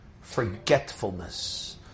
forgetfulness